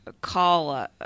call